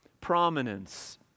prominence